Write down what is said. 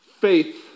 faith